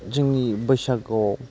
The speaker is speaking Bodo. जोंनि बैसागोआव